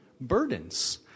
burdens